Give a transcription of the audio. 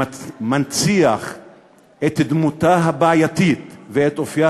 שמנציח את דמותה הבעייתית ואת אופייה